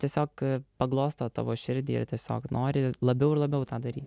tiesiog paglosto tavo širdį ir tiesiog nori labiau ir labiau tą daryti